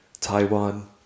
Taiwan